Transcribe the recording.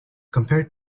compared